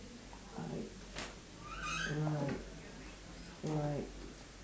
right right right